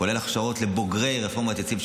כולל הכשרות לבוגרי רפורמות יציב,